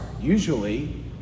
Usually